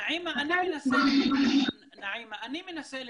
נעימה, אני מנסה לבדוק,